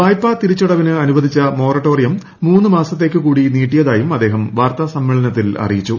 വീായ്പാ തിരിച്ചടവിന് അനുവദിച്ച മൊറട്ടോറിയം മൂന്ന് മാസത്ത്രേക്ക് കൂടി നീട്ടിയതായും അദ്ദേഹം വാർത്താസമ്മേളനത്തിൽ ആറിയിച്ചു